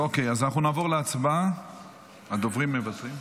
אוקיי, הדוברים מוותרים.